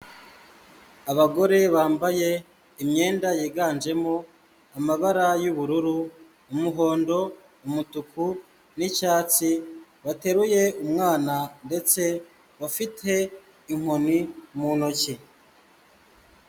Abagore bambaye imyenda yiganjemo amabara y'ubururu, umuhondo, umutuku, n'icyatsi bateruye umwana ndetse bafite inkoni mu ntoki.